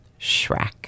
Shrek